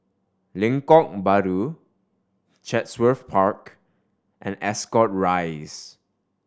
Lengkok Bahru Chatsworth Park and Ascot Rise